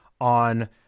on